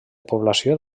població